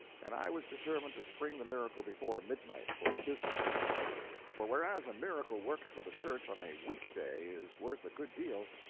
and i was determined to spring the miracle before midnight, for business reasons for whereas a miracle worked for the church on a week-day is worth a good deal,